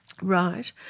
Right